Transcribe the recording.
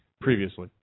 previously